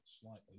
slightly